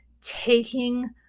taking